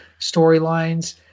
storylines